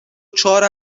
چهار